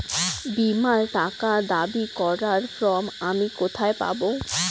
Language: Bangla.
বীমার টাকা দাবি করার ফর্ম আমি কোথায় পাব?